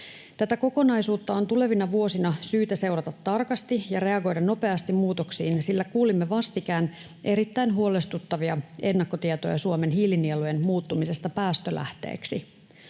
Tätä kokonaisuutta on tulevina vuosina syytä seurata tarkasti ja reagoida nopeasti muutoksiin, sillä kuulimme vastikään erittäin huolestuttavia ennakkotietoja Suomen hiilinielujen muuttumisesta päästölähteiksi.